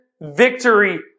victory